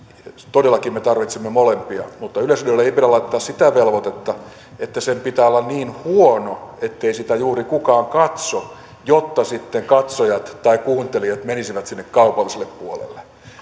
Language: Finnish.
todellakin me tarvitsemme molempia mutta yleisradiolle ei pidä laittaa sitä velvoitetta että sen pitää olla niin huono ettei sitä juuri kukaan katso jotta sitten katsojat tai kuuntelijat menisivät sinne kaupalliselle puolelle